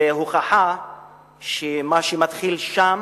זה הוכחה שמה שמתחיל שם